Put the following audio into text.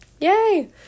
yay